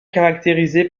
caractérisé